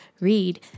read